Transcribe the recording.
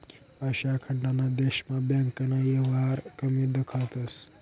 आशिया खंडना देशस्मा बँकना येवहार कमी दखातंस